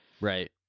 Right